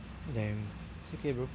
damn it's okay bro